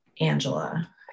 angela